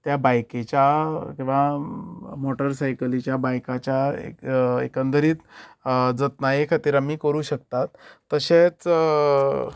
त्या बायकीच्या वा मोटरसायकलीच्या बायकाच्या एकंदरीत जतनाये खातीर आमी करू शकतात तशेंच